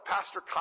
Pastor